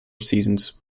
seasons